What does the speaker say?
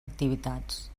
activitats